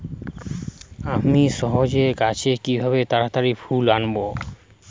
আমি সজনে গাছে কিভাবে তাড়াতাড়ি ফুল আনব?